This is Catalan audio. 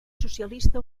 socialista